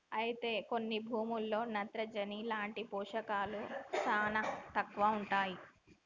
అయితే కొన్ని భూముల్లో నత్రజని లాంటి పోషకాలు శానా తక్కువగా ఉంటాయి